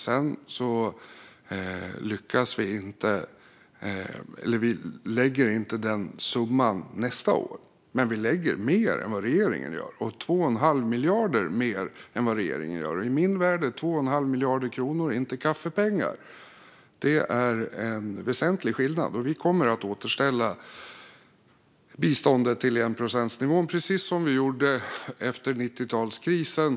Sedan lägger vi inte den summan nästa år, men vi lägger mer än regeringen gör - 2 1⁄2 miljard mer än regeringen. I min värld är 2 1⁄2 miljard kronor inte kaffepengar, utan det är väsentlig skillnad. Vi kommer att återställa biståndet till enprocentsnivån, precis som vi gjorde efter 90-talskrisen.